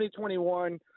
2021